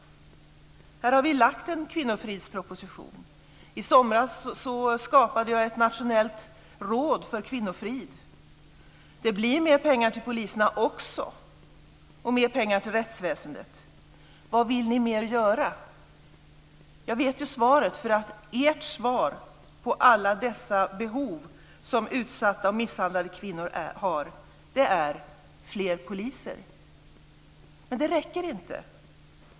Här har vi lagt fram en kvinnofridsproposition. I somras skapade jag ett nationellt råd för kvinnofrid. Det blir mer pengar till poliserna också, och mer pengar till rättsväsendet. Vad vill ni mer göra? Jag vet svaret. Ert svar på alla dessa behov som utsatta och misshandlade kvinnor har är: Fler poliser. Men det räcker inte.